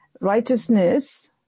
Righteousness